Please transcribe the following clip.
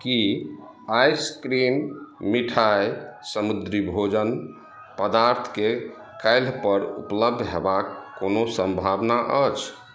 की ice cream मिठाइ समुद्री भोजन पदार्थके काल्हि पर उपलब्ध होयबाक कोनो संभावना अछि